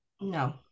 no